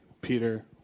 Peter